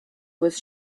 was